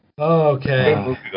Okay